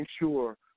ensure